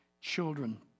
children